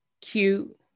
cute